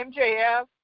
MJF